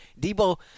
Debo